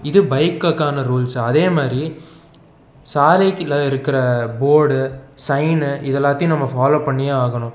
இது பைக்குக்கான ரூல்ஸ் அதேமாதிரி சாலைக்குள்ளே இருக்கிற போடு சைனு இது எல்லாத்தையும் ஃபாலோ பண்ணியே ஆகணும்